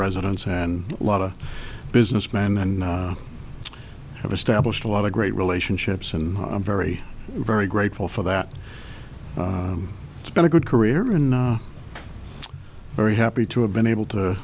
residents and a lot of businessman and i have established a lot of great relationships and i'm very very grateful for that it's been a good career and very happy to have been able to